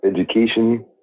education